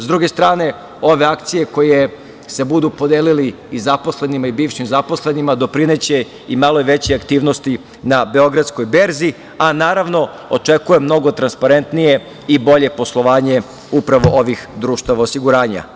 Sa druge strane, ove akcije koje se budu podelile zaposlenima i bivšim zaposlenima doprineće i malo većoj aktivnosti na beogradskoj berzi, a naravno očekujem mnogo transparentnije i bolje poslovanje upravo ovih društava osiguranja.